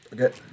Okay